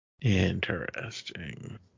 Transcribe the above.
Interesting